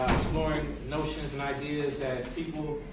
exploring notions and ideas that people